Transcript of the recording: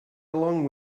along